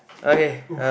okay uh